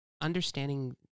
understanding